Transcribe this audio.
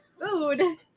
Food